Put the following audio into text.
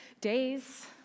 days